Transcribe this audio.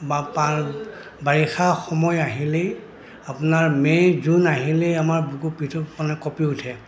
বা পাৰ বাৰিষা সময় আহিলেই আপোনাৰ মে' জুন আহিলেই আমাৰ বুকু পৃথক মানে কপি উঠে